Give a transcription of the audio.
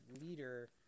leader